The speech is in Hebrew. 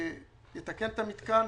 שיתקן את המתקן.